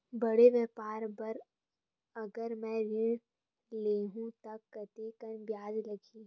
बड़े व्यापार बर अगर मैं ऋण ले हू त कतेकन ब्याज लगही?